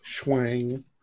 schwang